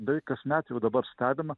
beveik kasmet jau dabar stebima